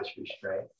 restraint